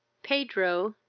pedro,